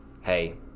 hey